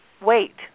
wait